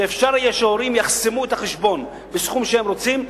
שאפשר יהיה שהורים יחסמו את החשבון בסכום שהם רוצים.